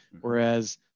whereas